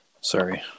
sorry